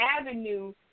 avenue